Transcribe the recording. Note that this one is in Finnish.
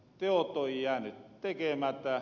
teot on jääny tekemätä